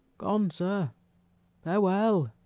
gone, sir farewell